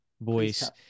voice